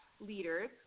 leaders